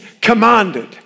commanded